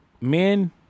Men